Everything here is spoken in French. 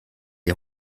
est